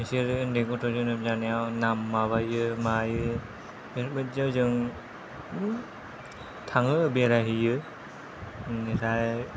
बिसोरो ओन्दै गथ' जोनोम जानायाव नाम माबायो मायो बेफोरबायदियाव जों बिदिनो थाङो बेरायहैयो बिनिफ्राय